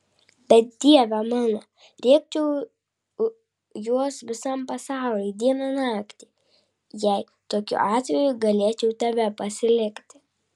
bet dieve mano rėkčiau juos visam pasauliui dieną naktį jei tokiu atveju galėčiau tave pasilikti